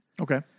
Okay